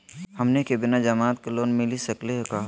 हमनी के बिना जमानत के लोन मिली सकली क हो?